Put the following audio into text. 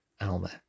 Alma